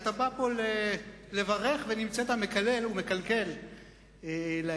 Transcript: אתה בא פה לברך ונמצאת מקלל ומקלקל להם.